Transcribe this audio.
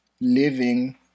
living